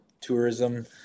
tourism